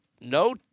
No